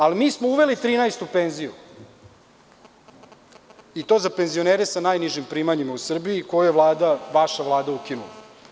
Uveli smo trinaestu penziju za penzionere sa najnižim primanjima u Srbiji koje je Vlada, vaša Vlada, ukinula.